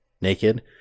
naked